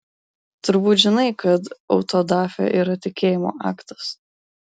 turbūt žinai kad autodafė yra tikėjimo aktas